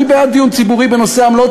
אני בעד דיון ציבורי בנושא העמלות,